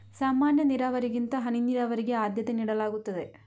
ಸಾಮಾನ್ಯ ನೀರಾವರಿಗಿಂತ ಹನಿ ನೀರಾವರಿಗೆ ಆದ್ಯತೆ ನೀಡಲಾಗುತ್ತದೆ